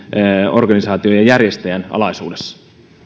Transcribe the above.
organisaation ja järjestäjän alaisuudessa